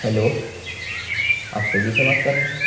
hello آپ Swiggy سے بات کر رہے